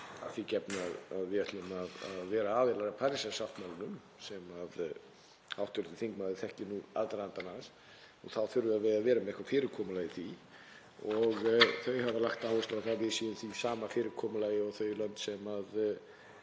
að því gefnu að við ætlum að vera aðilar að Parísarsáttmálanum sem hv. þingmaður þekkir nú aðdragandann að, þá þurfum við að vera með eitthvert fyrirkomulag í því og þau hafa lagt áherslu á að við séum með sama fyrirkomulag og þau lönd sem